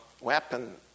weapon